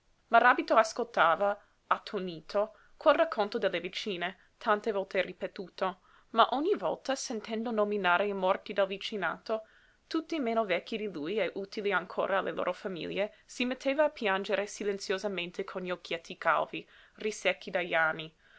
stata maràbito ascoltava attonito quel racconto delle vicine tante volte ripetuto ma ogni volta sentendo nominare i morti del vicinato tutti meno vecchi di lui e utili ancora alle loro famiglie si metteva a piangere silenziosamente con gli occhietti calvi risecchi dagli anni